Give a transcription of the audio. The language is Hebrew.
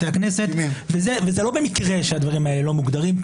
וזה לא במקרה שהדברים האלה לא מוגדרים.